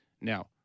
now